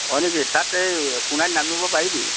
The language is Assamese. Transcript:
হয় নেকি তাত এই সোনাইত নামিব পাৰিবি